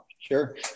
Sure